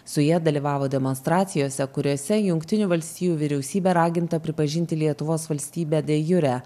su ja dalyvavo demonstracijose kuriose jungtinių valstijų vyriausybė raginta pripažinti lietuvos valstybę de jure